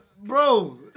Bro